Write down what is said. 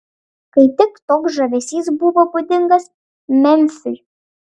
kaip tik toks žavesys buvo būdingas memfiui